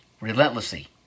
Relentlessly